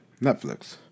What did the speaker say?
Netflix